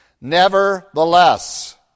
Nevertheless